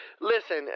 Listen